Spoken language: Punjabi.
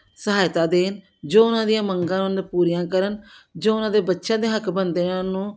ਸਹਾਇਤਾ ਦੇਣ ਜੋ ਉਹਨਾਂ ਦੀਆਂ ਮੰਗਾਂ ਉਹਨਾਂ ਦੀਆਂ ਪੂਰੀਆਂ ਕਰਨ ਜੋ ਉਹਨਾਂ ਦੇ ਬੱਚਿਆਂ ਦੇ ਹੱਕ ਬਣਦੇ ਨੇ ਉਹਨਾਂ ਨੂੰ